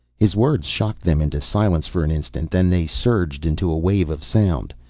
his words shocked them into silence for an instant, then they surged into a wave of sound.